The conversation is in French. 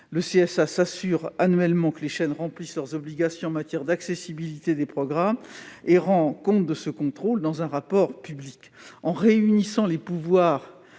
Le CSA s'assure annuellement que les chaînes remplissent leurs obligations en matière d'accessibilité des programmes et rend compte de ce contrôle dans un rapport public. En réunissant les pouvoirs